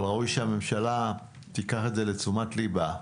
אבל ראוי שהממשלה תיקח את זה לתשומת לבה.